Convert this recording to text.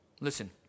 Listen